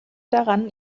daran